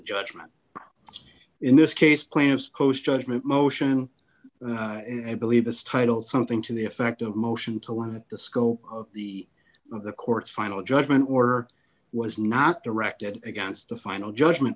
judgment in this case plants closed judgment motion i believe this title something to the effect of motion to limit the scope of the of the court's final judgment or was not directed against the final judgment